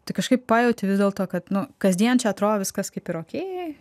tai kažkaip pajauti vis dėlto kad nu kasdien čia atrodo viskas kaip ir okei